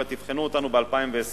ואומרת: תבחנו אותנו ב-2020.